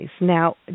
Now